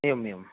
एवमेवम्